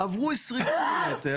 עברו 20 ק"מ.